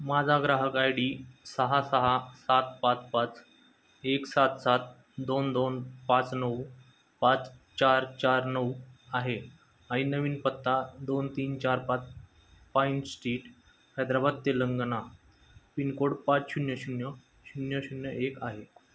माझा ग्राहक I D सहा सहा सात पाच पाच एक सात सात दोन दोन पाच नऊ पाच चार चार नऊ आहे आणि नवीन पत्ता दोन तीन चार पाच pine street Hyderabad Telangana pincode पाच शून्य शून्य शून्य शून्य एक आहे